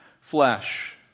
flesh